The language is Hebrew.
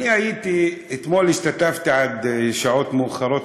אתמול השתתפתי עד שעות מאוחרות,